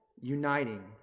uniting